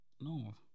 No